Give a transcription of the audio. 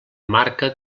marca